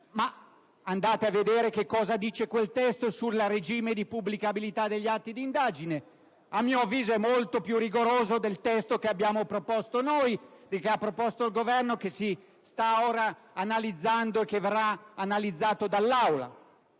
Andate a vedere che cosa dice quel testo sul regime di pubblicabilità degli atti di indagine: a mio avviso è molto più rigoroso di quello che abbiamo proposto noi e che ha proposto il Governo attuale, che si sta ora analizzando e che verrà esaminato dall'Aula.